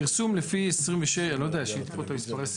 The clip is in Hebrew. פרסום לפי, לא יודע, יש לך פה את מספרי הסעיף.